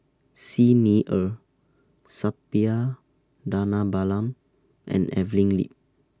Xi Ni Er Suppiah Dhanabalan and Evelyn Lip